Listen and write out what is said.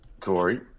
Corey